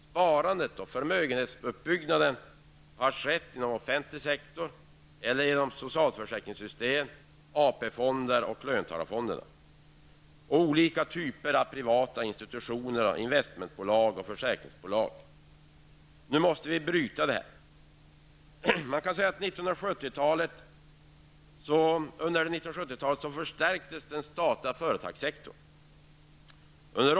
Sparandet och förmögenhetsuppbyggnaden har skett inom offentlig sektor genom försäkringssystem, AP fonder, löntagarfonderna, olika typer av privata institutioner, investmentbolag och försäkringsbolag. Nu måste vi bryta detta. Man kan säga att under 70-talet förstärktes den statliga företagssektorn.